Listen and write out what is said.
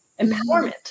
empowerment